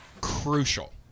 crucial